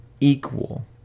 equal